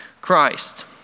Christ